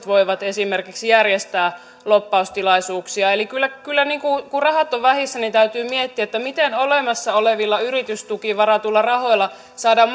voivat esimerkiksi järjestää lobbaustilaisuuksia eli kun rahat ovat vähissä niin täytyy kyllä miettiä miten olemassa olevilla yritystukiin varatuilla rahoilla saadaan